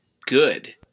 good